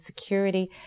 security